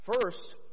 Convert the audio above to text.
First